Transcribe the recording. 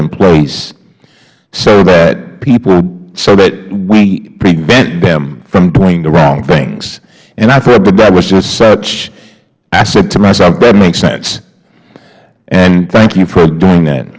in place so that peopleh so that we prevent them from doing the wrong things and i thought that that was such i said to myself that makes sense and thank you for doing that